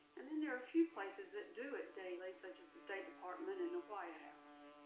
and then there are a few places that do it daily such as the state department and the white house.